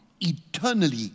eternally